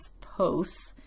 posts